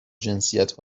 جنسیت